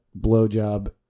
Blowjob